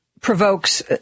provokes